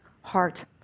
heart